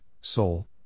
Soul